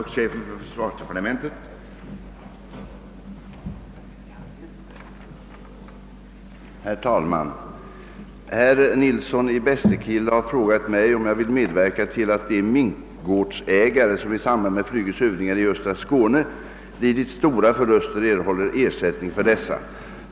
Herr talman! Herr Nilsson i Bästekille har frågat mig, om jag vill medverka till att de minkgårdsägare som i samband med flygets övningar i östra Skåne lidit stora förluster erhåller ersättning för dessa.